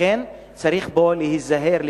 לכן צריך להיזהר פה,